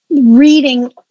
reading